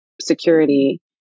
security